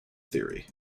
theory